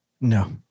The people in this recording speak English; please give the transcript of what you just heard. No